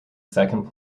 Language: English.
second